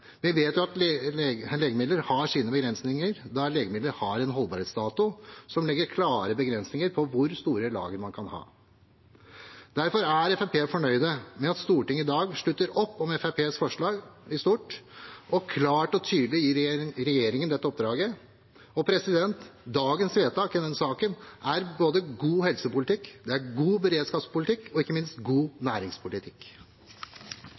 Vi vet jo at legemidler har en holdbarhetsdato som legger klare begrensninger på hvor store lagre man kan ha. Derfor er Fremskrittspartiet fornøyd med at Stortinget i dag slutter opp om Fremskrittspartiets forslag i stort og klart og tydelig gir regjeringen dette oppdraget. Dagens vedtak i denne saken er både god helsepolitikk, god beredskapspolitikk og ikke minst god